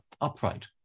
upright